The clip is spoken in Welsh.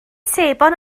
sebon